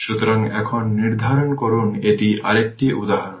সুতরাং এখন নির্ধারণ করুন এটি আরেকটি উদাহরণ